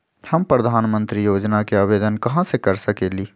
हम प्रधानमंत्री योजना के आवेदन कहा से कर सकेली?